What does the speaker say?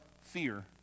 fear